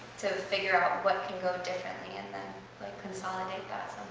to figure out what can go differently and then like consolidate that